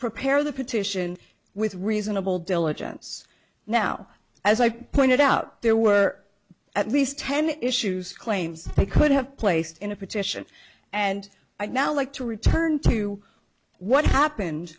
prepare the petition with reasonable diligence now as i pointed out there were at least ten issues claims they could have placed in a petition and i'd now like to return to what happened